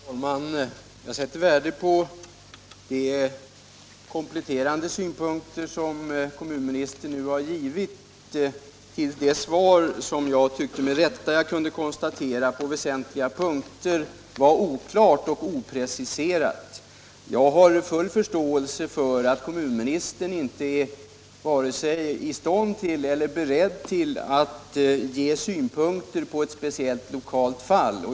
Herr talman! Jag sätter värde på de kompletterande synpunkter som kommunministern nu har anfört till svaret, som jag med rätta tyckte mig kunna konstatera var oklart och opreciserat på väsentliga punkter. Jag har full förståelse för att kommunministern inte är vare sig i stånd eller beredd att framföra synpunkter på ett speciellt, lokalt fall.